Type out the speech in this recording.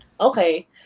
okay